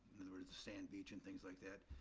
other words, the sand beach and things like that.